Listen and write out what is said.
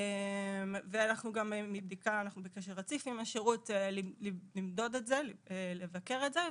אנחנו גם בקשר רציף עם השירות למדוד ולבקר את זה,